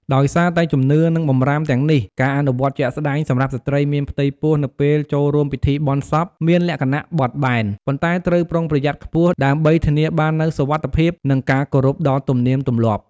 ដោយសារតែជំនឿ និងបម្រាមទាំងនេះ ការអនុវត្តជាក់ស្ដែងសម្រាប់ស្ត្រីមានផ្ទៃពោះនៅពេលចូលរួមពិធីបុណ្យសពមានលក្ខណៈបត់បែន ប៉ុន្តែត្រូវប្រុងប្រយ័ត្នខ្ពស់ ដើម្បីធានាបាននូវសុវត្ថិភាព និងការគោរពដល់ទំនៀមទម្លាប់។